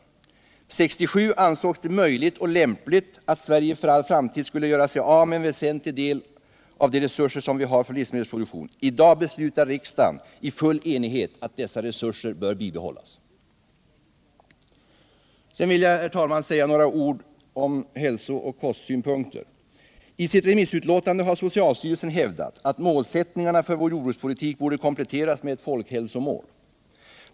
År 1967 ansågs det möjligt och lämpligt att Sverige för all framtid skulle göra sig av med en väsentlig del av de resurser vi har för livsmedelsproduktion. I dag beslutar riksdagen i full enighet att dessa resurser bör bibehållas. I sitt remissutlåtande har socialstyrelsen hävdat, att målsättningarna för vår jordbrukspolitik borde kompletteras med ett folkhälsomål.